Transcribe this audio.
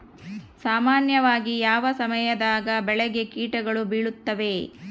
ಸಾಮಾನ್ಯವಾಗಿ ಯಾವ ಸಮಯದಾಗ ಬೆಳೆಗೆ ಕೇಟಗಳು ಬೇಳುತ್ತವೆ?